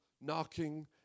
knocking